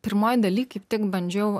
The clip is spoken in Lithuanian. pirmoj daly kaip tik bandžiau